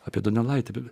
apie donelaitį bet